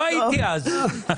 לא הייתי אז.